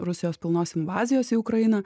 rusijos pilnos invazijos į ukrainą